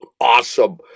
Awesome